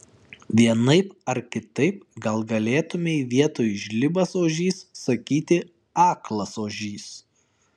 vienaip ar kitaip gal galėtumei vietoj žlibas ožys sakyti aklas ožys